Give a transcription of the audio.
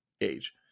age